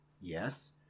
Yes